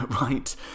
right